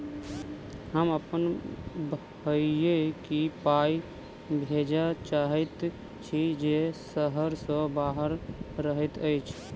हम अप्पन भयई केँ पाई भेजे चाहइत छि जे सहर सँ बाहर रहइत अछि